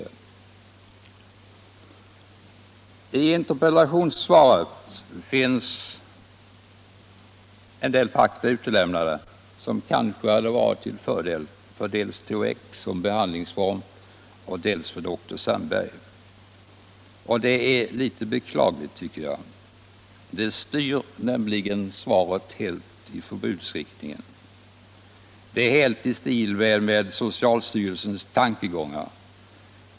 z I interpellationssvaret är en del fakta utelämnade som kanske hade varit till fördel dels för THX som behandlingsform, dels för doktor Sandberg. Det är litet beklagligt, tycker jag. Det styr nämligen svaret direkt i förbudsriktningen. Svaret är helt i stil med socialstyrelsens tankegångar.